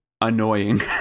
annoying